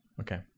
okay